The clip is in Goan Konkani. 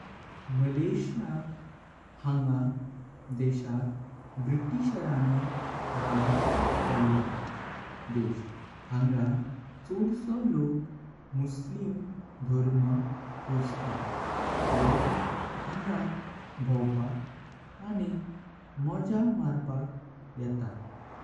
मलयेसीया ह्या देशाक ब्रिटिशराणी राज केलो देश हांगा चोड्सो लोक मुसलमान धर्म पूजतात। लोक हांगा भावपाक आणि मोज्या मार्पाक येता।